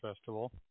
festival